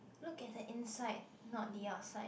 look at the inside not the outside